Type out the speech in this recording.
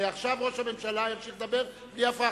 ועכשיו ראש הממשלה ימשיך לדבר בלי הפרעה.